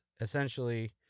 essentially